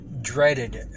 dreaded